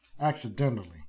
accidentally